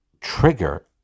trigger